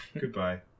Goodbye